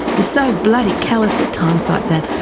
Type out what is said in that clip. you're so bloody callous at times like that.